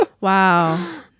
wow